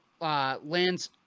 lands